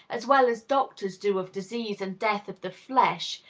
as well as doctors do of disease and death of the flesh,